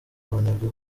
abanebwe